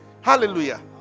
Hallelujah